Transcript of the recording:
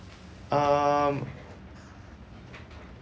um